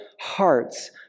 hearts